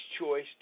choice